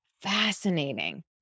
fascinating